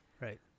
Right